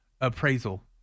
appraisal